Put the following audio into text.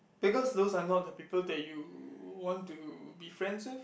because those are not the people that you want to be friends with